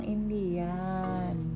Indian